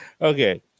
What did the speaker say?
Okay